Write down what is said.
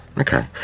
Okay